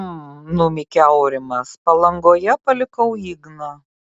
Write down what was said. hm numykė aurimas palangoje palikau igną